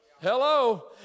Hello